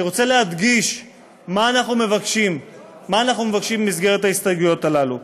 אני רוצה להדגיש מה אנחנו מבקשים בהסתייגויות האלה,